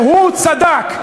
והוא צדק.